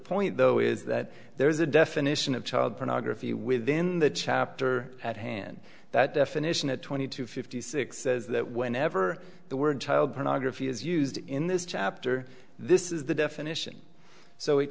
point though is that there is a definition of child pornography within the chapter at hand that definition at twenty two fifty six says that whenever the word child pornography is used in this chapter this is the definition so it